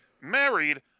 married